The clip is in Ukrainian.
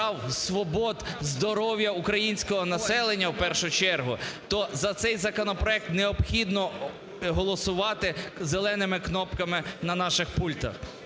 свобод, здоров'я українського населення в першу чергу, то за цей законопроект необхідно голосувати зеленими кнопками на наших пультах.